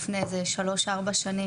הכל התחיל לפני בערך שלוש או ארע שנים,